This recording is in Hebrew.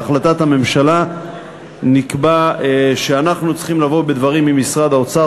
בהחלטת הממשלה נקבע שאנחנו צריכים לבוא בדברים עם משרד האוצר